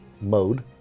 mode